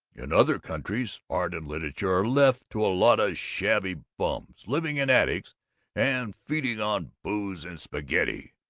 in other countries, art and literature are left to a lot of shabby bums living in attics and feeding on booze and spaghetti,